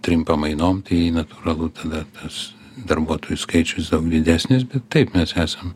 trim pamainom tai natūralu tada tas darbuotojų skaičius daug didesnis bet taip mes esam